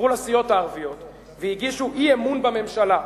חברו לסיעות הערביות והגישו אי-אמון בממשלה.